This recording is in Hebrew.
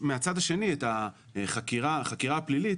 מהצד השני יש את החקירה הפלילית,